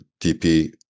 TP